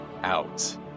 out